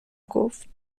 گفت